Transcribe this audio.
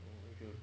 uh you should